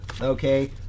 Okay